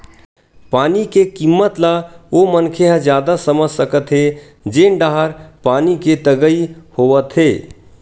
पानी के किम्मत ल ओ मनखे ह जादा समझ सकत हे जेन डाहर पानी के तगई होवथे